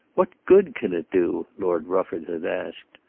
what good can it do? lord rufford had asked.